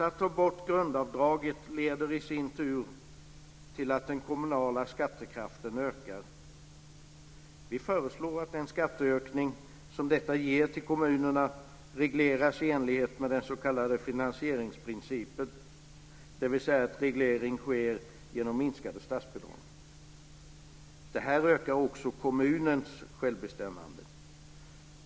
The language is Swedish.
Att ta bort grundavdraget leder i sin tur till att den kommunala skattekraften ökar. Vi föreslår att den skatteökning som detta ger till kommunerna regleras i enlighet med den s.k. finansieringsprincipen, dvs. att reglering sker genom minskade statsbidrag. Det här ökar också kommunens självbestämmande.